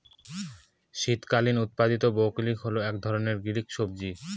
শীতকালীন উৎপাদীত ব্রোকলি হল এক ধরনের গ্রিন সবজি